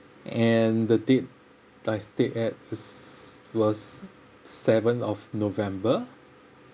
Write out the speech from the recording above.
and the date I stayed at is was seventh of november